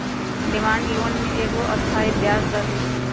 demand loan में एगो अस्थाई ब्याज दर होइ छइ